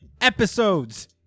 episodes